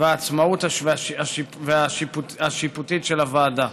והעצמאות השיפוטית של הוועדה.